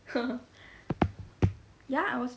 ya I was